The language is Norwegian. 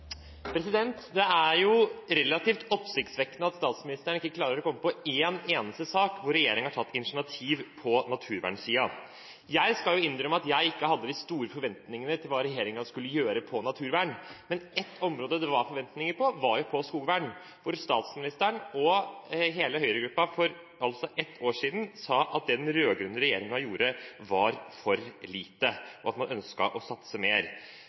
relativt oppsiktsvekkende at statsministeren ikke klarer å komme på en eneste sak hvor regjeringen har tatt initiativ på naturvernsiden. Jeg skal innrømme at jeg ikke hadde de store forventningene til hva regjeringen skulle gjøre på naturvern, men ett område det var forventninger til, var skogvern. Statsministeren og hele Høyres gruppe sa for ett år siden at det den rød-grønne regjeringen gjorde, var for lite, og at man ønsket å satse mer.